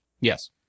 Yes